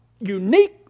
unique